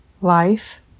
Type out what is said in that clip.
life